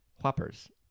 Whoppers